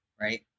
right